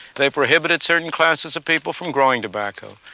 they prohibited certain classes of people from growing tobacco.